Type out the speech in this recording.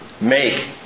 Make